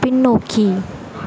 பின்னோக்கி